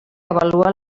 avalua